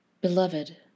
Beloved